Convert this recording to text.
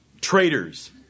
traitors